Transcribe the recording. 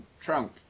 trunk